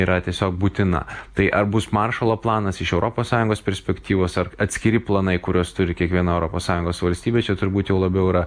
yra tiesiog būtina tai ar bus maršalo planas iš europos sąjungos perspektyvos ar atskiri planai kuriuos turi kiekviena europos sąjungos valstybė čia turbūt jau labiau yra